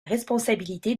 responsabilité